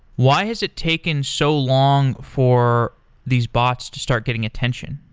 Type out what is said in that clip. why has it taken so long for these bots to start getting attention?